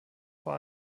vor